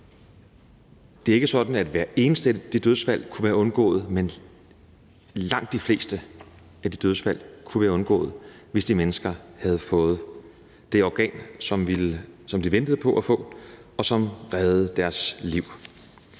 Det er ikke sådan, at hvert eneste af de dødsfald kunne have været undgået, men langt de fleste af de dødsfald kunne have været undgået, hvis de mennesker havde fået det organ, som de ventede på at få, og som havde reddet deres liv.